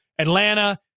Atlanta